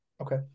Okay